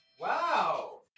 Wow